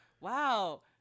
Wow